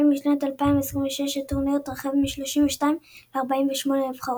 משנת 2026 הטורניר יתרחב מ-32 ל-48 נבחרות.